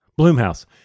Bloomhouse